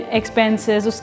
expenses